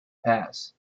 pass